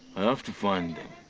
i have to find